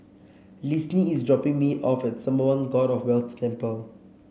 Linsey is dropping me off at Sembawang God of Wealth Temple